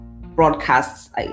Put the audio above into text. broadcasts